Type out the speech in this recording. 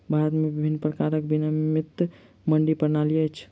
भारत में विभिन्न प्रकारक विनियमित मंडी प्रणाली अछि